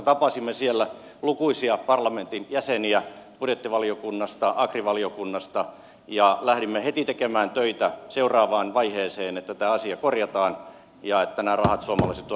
tapasimme siellä lukuisia parlamentin jäseniä budjettivaliokunnasta agrivaliokunnasta ja lähdimme heti tekemään töitä seuraavaan vaiheeseen että tämä asia korjataan ja että nämä rahat suomalaisille tuottajille saadaan